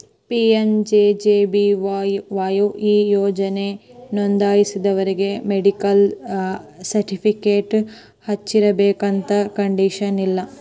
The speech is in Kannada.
ಪಿ.ಎಂ.ಜೆ.ಜೆ.ಬಿ.ವಾಯ್ ಈ ಯೋಜನಾ ನೋಂದಾಸೋರಿಗಿ ಮೆಡಿಕಲ್ ಸರ್ಟಿಫಿಕೇಟ್ ಹಚ್ಚಬೇಕಂತೆನ್ ಕಂಡೇಶನ್ ಇಲ್ಲ